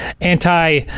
anti